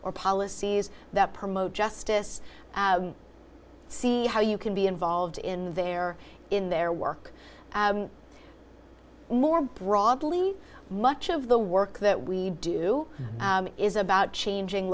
or policies that promote justice see how you can be involved in their in their work more broadly much of the work that we do is about changing